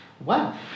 Wow